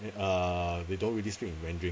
uh they don't really speak in mandarin